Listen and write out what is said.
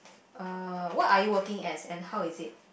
uh what are you working as and how is it